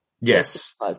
Yes